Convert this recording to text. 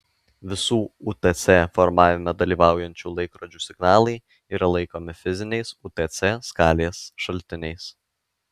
visų utc formavime dalyvaujančių laikrodžių signalai yra laikomi fiziniais utc skalės šaltiniais